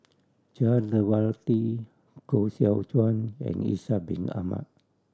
Jah Lelawati Koh Seow Chuan and Ishak Bin Ahmad